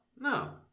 No